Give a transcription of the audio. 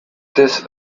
this